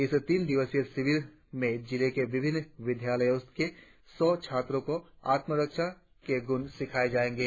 इस तीन दिवसीय शिविर में जिले के विभिन्न विद्यालयों के सौ छात्राओं को आत्मारक्षा के गुण सिखाये जायेंगे